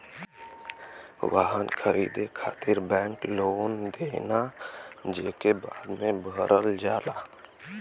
वाहन खरीदे खातिर बैंक लोन देना जेके बाद में भरल जाला